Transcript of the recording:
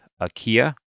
Akia